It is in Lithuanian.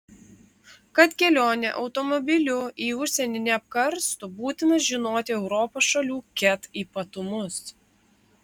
kad kelionė automobiliu į užsienį neapkarstų būtina žinoti europos šalių ket ypatumus